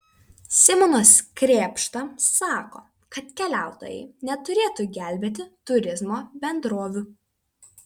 simonas krėpšta sako kad keliautojai neturėtų gelbėti turizmo bendrovių